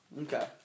Okay